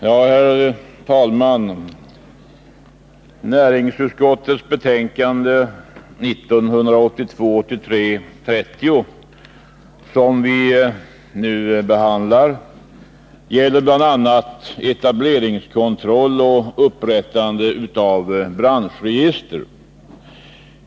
Herr talman! Näringsutskottets betänkande 1982/83:30, som vi nu behandlar, gäller bl.a. etableringskontroll och upprättande av branschregister.